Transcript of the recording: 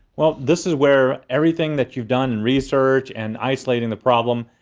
this is where everything that you've done in research and isolating the problem,